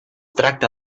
tracta